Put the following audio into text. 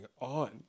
on